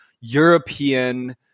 european